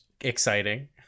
exciting